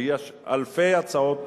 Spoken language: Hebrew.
כי יש אלפי הצעות